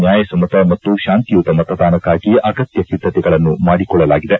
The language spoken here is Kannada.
ನ್ಹಾಯಸಮ್ನತ ಮತ್ತು ಶಾಂತಿಯುತ ಮತದಾನಕ್ಕಾಗಿ ಅಗತ್ಯ ಸಿದ್ದತೆಗಳನ್ನು ಮಾಡಿಕೊಳ್ಳಲಾಗಿದೆ